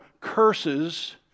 curses